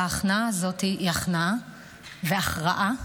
אבל ההכנעה הזאת היא הכנעה והכרעה